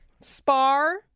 spar